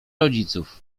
rodziców